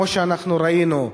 כמו שאנחנו ראינו,